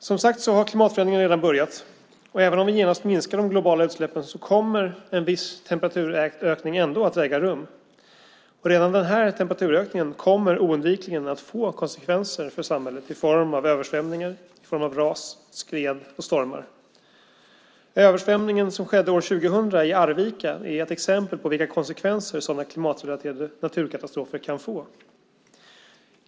Klimatförändringar har, som sagt, redan börjat ske. Även om vi genast minskar de globala utsläppen kommer en viss temperaturökning att äga rum. Redan temperaturökningen nu kommer oundvikligen att få konsekvenser för samhället i form av översvämningar, ras, skred och stormar. Översvämningen 2000 i Arvika är ett exempel på vilka konsekvenser sådana klimatrelaterade naturkatastrofer kan få.